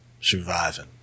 surviving